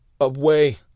away